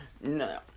no